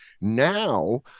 now